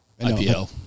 IPL